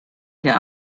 der